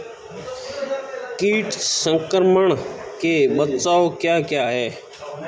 कीट संक्रमण के बचाव क्या क्या हैं?